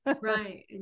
Right